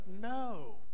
No